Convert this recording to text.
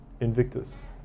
Invictus